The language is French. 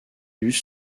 lus